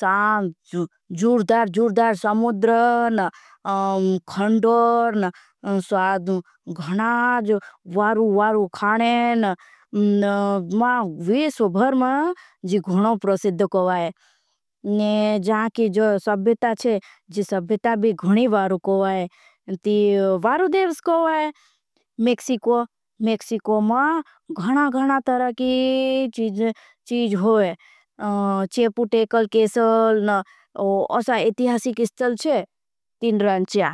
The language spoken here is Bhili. सांजूर्दार। जूर्दार समुद्र, खंडोर, साद्धु, घणाज। वारु वारु खानेन मां विश्वभर्म जी घणों प्रसिद्ध कोई जांकि। जो सब्विता छे जी सब्विता भी घणी वारु कोई वारु देव। कोई मेक्सिको मेक्सिको मां घणा घणा तरकी चीज होई। चेपुटेकल केशल असाई एतिहासी किस्चल चे तीनरांचया।